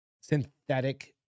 synthetic